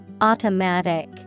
Automatic